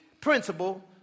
principle